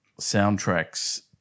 soundtracks